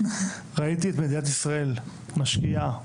ראיתי את מדינת ישראל משקיעה,